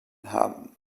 haben